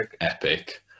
epic